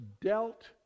dealt